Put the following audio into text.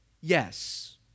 Yes